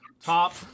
Top